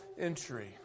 entry